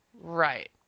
Right